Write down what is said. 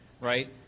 right